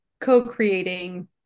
co-creating